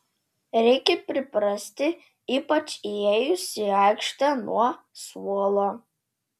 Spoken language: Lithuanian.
reikia priprasti ypač įėjus į aikštę nuo suolo